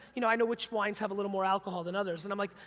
you know i know which wines have a little more alcohol than others and i'm like,